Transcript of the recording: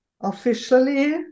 officially